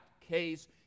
case